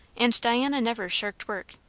and diana never shirked work.